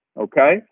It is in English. Okay